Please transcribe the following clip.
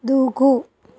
దూకు